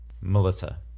Melissa